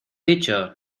dicho